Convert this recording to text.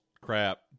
crap